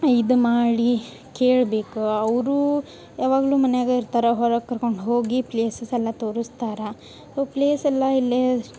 ಇದು ಮಾಡಿ ಕೇಳ್ಬೇಕು ಅವರು ಯಾವಾಗಲು ಮನ್ಯಾಗ ಇರ್ತಾರ ಹೊರಗ ಕರ್ಕೊಂಡು ಹೋಗಿ ಪ್ಲೇಸಸ್ ಎಲ್ಲ ತೋರಸ್ತಾರೆ ಅವು ಪ್ಲೇಸೆಲ್ಲ ಇಲ್ಲೇ